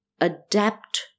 adapt